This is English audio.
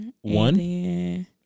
One